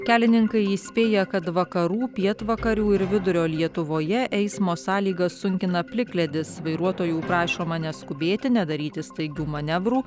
kelininkai įspėja kad vakarų pietvakarių ir vidurio lietuvoje eismo sąlygas sunkina plikledis vairuotojų prašoma neskubėti nedaryti staigių manevrų